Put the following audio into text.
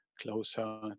closer